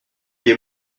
est